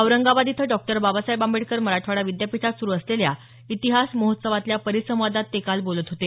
औरंगाबाद इथे डॉक्टर बाबासाहेब आंबेडकर विद्यापीठात सुरू असलेल्या इतिहास महोत्सवातल्या परिसंवादात ते काल बोलत होते